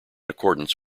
accordance